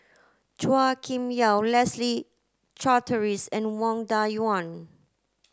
Chua Kim Yeow Leslie Charteris and Wang Dayuan